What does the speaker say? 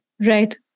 Right